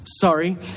Sorry